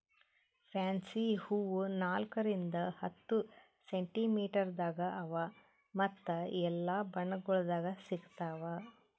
fancy ಹೂವು ನಾಲ್ಕು ರಿಂದ್ ಹತ್ತು ಸೆಂಟಿಮೀಟರದಾಗ್ ಅವಾ ಮತ್ತ ಎಲ್ಲಾ ಬಣ್ಣಗೊಳ್ದಾಗ್ ಸಿಗತಾವ್